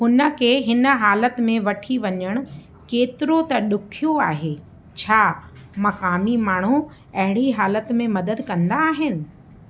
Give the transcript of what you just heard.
हुन के हिन हालति में वठी वञणु केतिरो त ॾुखियो आहे छा मकामी माण्हू अहिड़ी हालति में मदद कंदा आहिनि